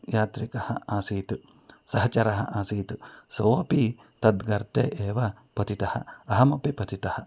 यात्रिकः आसीत् सहचरः आसीत् सो अपि तद् गर्ते एव पतितः अहमपि पतितः